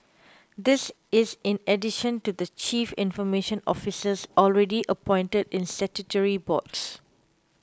this is in addition to the chief information officers already appointed in statutory boards